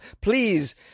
Please